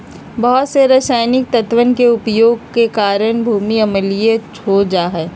बहुत से रसायनिक तत्वन के उपयोग के कारण भी भूमि अम्लीय हो जाहई